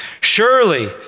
Surely